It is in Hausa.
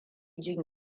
jin